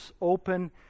open